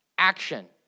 action